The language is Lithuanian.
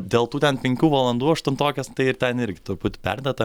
dėl tų ten penkių valandų aštuntokės tai ir ten irgi truputį perdėta